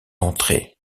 entré